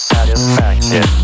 Satisfaction